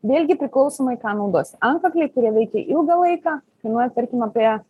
vėlgi priklausomai ką naudos antkakliai kurie veikia ilgą laiką kainuoja tarkim apie